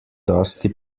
dusty